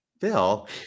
Bill